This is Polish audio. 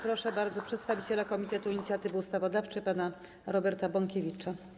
Proszę bardzo przedstawiciela Komitetu Inicjatywy Ustawodawczej pana Roberta Bąkiewicza.